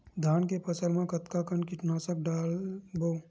धान के फसल मा कतका कन कीटनाशक ला डलबो?